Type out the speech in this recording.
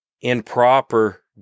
improper